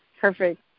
Perfect